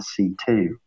C2